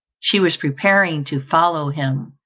she was preparing to follow him,